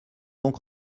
donc